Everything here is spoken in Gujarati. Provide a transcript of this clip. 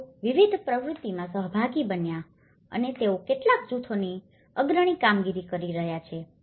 તેઓ વિવિધ પ્રવૃત્તિઓમાં સહભાગી બન્યા છે અને તેઓ કેટલાક જૂથોની અગ્રણી કામગીરી કરી રહ્યા છે